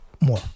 more